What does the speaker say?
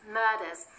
murders